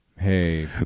Hey